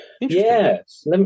Yes